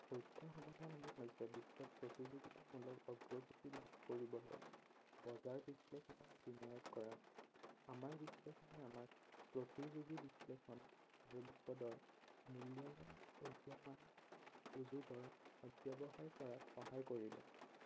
তথ্য সমাধানসমূহ হৈছে বিত্ত ত প্ৰতিযোগিতামূলক অগ্ৰগতি লাভ কৰিবলৈ বজাৰ বিশ্লেষণত বিনিয়োগ কৰা আমাৰ বিশ্লেষণে আমাক প্ৰতিযোগী বিশ্লেষণ আৰু বিপদৰ মূল্যায়ন উদীয়মান সুযোগৰ সদ্ব্যৱহাৰ কৰাত সহায় কৰিব